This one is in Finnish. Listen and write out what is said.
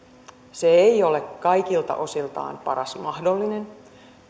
se ei ole kaikilta osiltaan paras mahdollinen